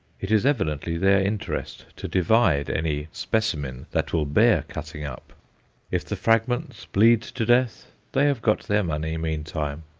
it is evidently their interest to divide any specimen that will bear cutting up if the fragments bleed to death, they have got their money meantime.